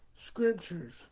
scriptures